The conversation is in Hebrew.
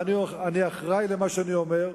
אני אחראי למה שאני אומר.